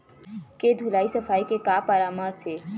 के धुलाई सफाई के का परामर्श हे?